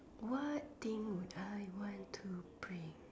what thing would I want to bring